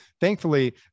thankfully